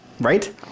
right